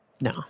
No